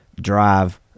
drive